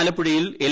ആലപ്പുഴയിൽ എൽ